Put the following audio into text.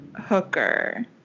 hooker